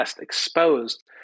exposed